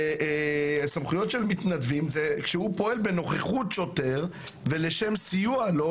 סמכויות של מתנדבים זה כשהוא פועל בנוכחות שוטרים ולשם סיוע לו,